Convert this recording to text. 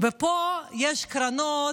ופה יש קרנות.